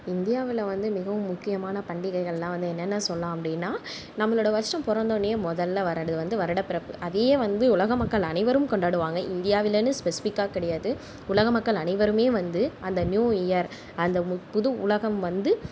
இந்தியாவில் வந்து மிகவும் முக்கியமான பண்டிகைகள்லான் வந்து என்னென்ன சொல்லாம் அப்படின்னா நம்மளோட வருஷம் பிறந்தோன்னே முதல்ல வரது வந்து வருட பிறப்பு அதையே வந்து உலக மக்கள் அனைவரும் கொண்டாடுவாங்க இந்தியாவிலன்னு ஸ்பெசிஃபிக்காக கிடையாது உலக மக்கள் அனைவருமே வந்து அந்த நியூ இயர் அந்த புது உலகம் வந்து